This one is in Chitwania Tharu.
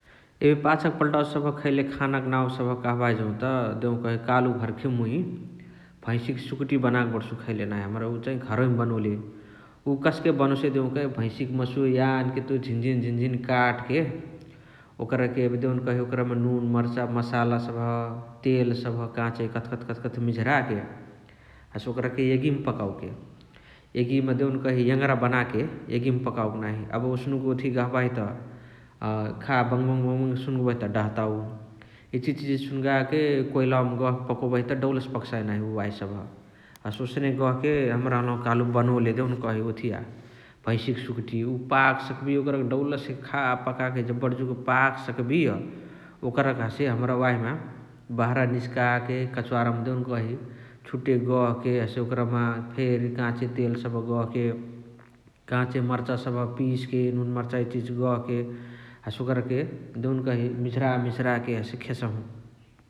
एबे पाछक पल्तावा सबह खैले खान क नाउ सबह कहबाही जौत कालु भर्खे मुइ भैसिक सुकुटी बनके खैले बणसु नाही । हमरा उ चाही घरवा मा बनोले । उ कसके बनोसही देउकही भैसिक मासुवा यानके झिन झिन काटके । ओकरके देउकही ओकरामा एबे नुन मर्चा मसाला सबह्, तेल सबह काचे कथ कथ मिझराके हसे ओकराके एगियामा पकावके । एगिमा देउनकही एङरा बनाके एगिमा पकवके नाही । एबे ओसनुक ओथिया गहबाही जौत खा बङ बङ सुनगोबही जौत डहताउ । इचिहिची इचिहिची सुनगाके कोइलावमा पकोबही त डौलसे पकसाइ नाही । हसे ओसने गहके हमरा हलहु कालु बनोले देउकही ओथिया भैसिक सुकुटी । उ पाक सकबिय डौलसे खा पकाके जबण जुग पाक सकबिय ओकरके हसे हमरा वाहिमा बहरा निस्काके कच्वारामा देउकही छुटे गहके । हसे ओकरमा फेरी काचे तेल सबह गहके काचे मर्चा सबह पिसके नुनमर्चा इचिहिची गहके हसे ओकरके देउनकही मिझरा मिझराके ओकरके खेसहु ।